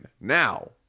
Now